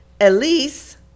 elise